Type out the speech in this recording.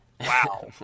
Wow